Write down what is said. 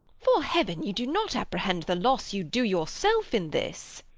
fore heaven, you do not apprehend the loss you do yourself in this.